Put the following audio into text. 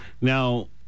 Now